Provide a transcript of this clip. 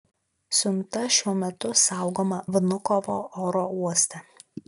siunta šiuo metu saugoma vnukovo oro uoste